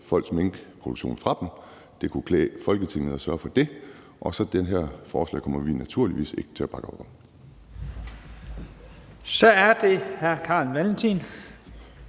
folks minkproduktion fra dem – det ville klæde Folketinget at sørge for det – og det her forslag kommer vi naturligvis ikke til at bakke op om. Kl.